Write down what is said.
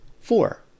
Four